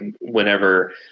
whenever